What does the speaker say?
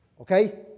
Okay